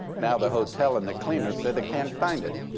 now the hotel and the cleaners say they can't find it.